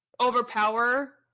overpower